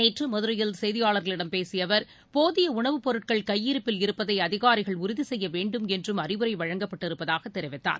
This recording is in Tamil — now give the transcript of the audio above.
நேற்றுமதுரையில் செய்தியாளர்களிடம் பேசியஅவர் போதியஉணவுப் பொருட்கள் கையிருப்பில் இருப்பதைஅதிகாரிகள் உறுதிசெய்யவேண்டும் என்றும் அறிவுரைகள் வழங்கப்பட்டிருப்பதாகதெரிவித்தார்